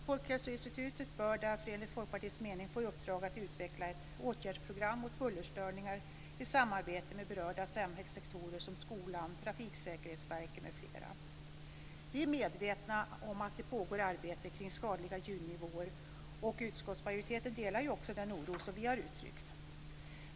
Folkhälsoinstitutet bör därför enligt Folkpartiets mening få i uppdrag att utveckla ett åtgärdsprogram mot bullerstörningar i samarbete med berörda samhällssektorer som skolan, Trafiksäkerhetsverket m.fl. Vi är medvetna om att det pågår arbete kring skadliga ljudnivåer, och utskottsmajoriteten delar också den oro som vi har uttryckt.